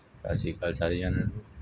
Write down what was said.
ਸਤਿ ਸ਼੍ਰੀ ਅਕਾਲ ਸਾਰਿਆਂ ਜਣਿਆਂ ਨੂੰ